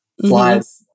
flies